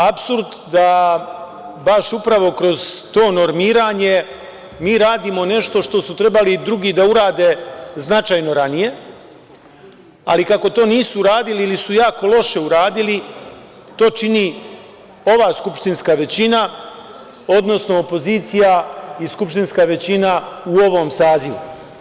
Apsurd da baš upravo kroz to normiranje mi radimo nešto što su trebali drugi da urade značajno ranije, ali kako to nisu uradili ili su jako loše uradili to čini ova skupštinska većina, odnosno opozicija i skupštinska većina u ovom sazivu.